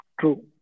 True